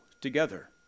together